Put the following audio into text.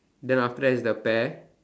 then after that is the pear